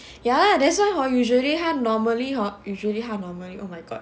ya that's why hor usually 他 normally hor usually 他 normally oh my god